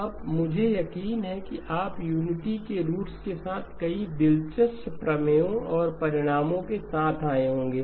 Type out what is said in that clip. अब मुझे यकीन है कि आप यूनिटी के रूट्स के साथ कई दिलचस्प प्रमेयों और परिणामों के साथ आए होंगे